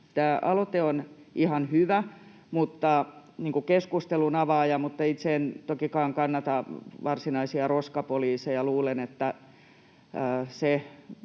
Tämä aloite on ihan hyvä keskustelun avaaja, mutta itse en tokikaan kannata varsinaisia roskapoliiseja. Luulen, että se